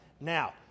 Now